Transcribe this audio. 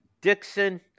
Dixon